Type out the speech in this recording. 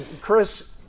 Chris